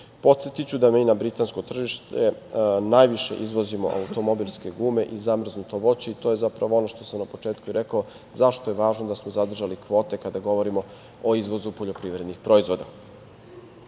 Srbije. Podsetiću da mi na britansko tržište najviše izvozimo automobilske gume i zamrznuto voće i to je zapravo ono što sam na početku i rekao, zašto je važno da smo zadržali kvote kada govorimo o izvozu poljoprivrednih proizvoda. Nismo